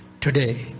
Today